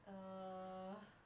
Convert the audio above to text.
err